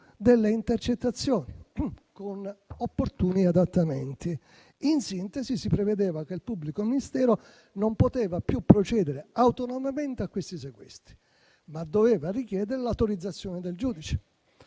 delle intercettazioni, con opportuni adattamenti. In sintesi, si prevedeva che il pubblico ministero non potesse più procedere autonomamente a questi sequestri, ma dovesse richiedere l'autorizzazione del giudice.